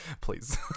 please